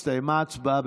הסתיימה ההצבעה.